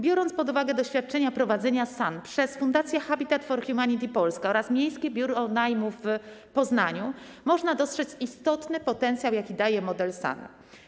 Biorąc pod uwagę doświadczenia prowadzenia SAN przez Fundację Habitat for Humanity Poland oraz Miejskie Biuro Najmu w Poznaniu, można dostrzec istotny potencjał, jaki daje model SAN.